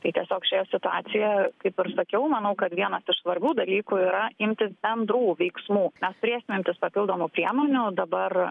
tai tiesiog šioje situacijoje kaip ir sakiau manau kad vienas iš svarbių dalykų yra imtis bendrų veiksmų mes turėsim imtis papildomų priemonių dabar